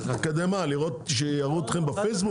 בשביל מה, כדי שיראו אתכם בפייסבוק?